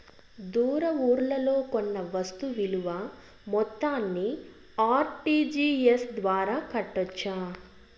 దూర ఊర్లలో కొన్న వస్తు విలువ మొత్తాన్ని ఆర్.టి.జి.ఎస్ ద్వారా కట్టొచ్చా?